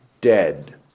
dead